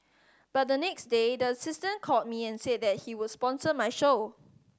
but the next day the assistant called me and said that he would sponsor my show